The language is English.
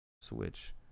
Switch